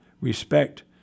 respect